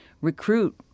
recruit